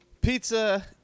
pizza